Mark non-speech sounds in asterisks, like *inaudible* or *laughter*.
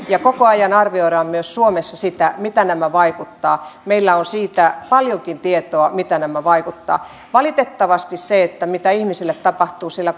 ja koko ajan arvioidaan myös suomessa sitä mitä nämä vaikuttavat meillä on siitä paljonkin tietoa miten nämä vaikuttavat valitettavasti sitä mitä ihmisille tapahtuu siellä *unintelligible*